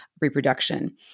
reproduction